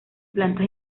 plantas